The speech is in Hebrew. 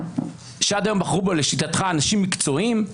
שעד היום בחרו בו לשיטתך אנשים מקצועיים,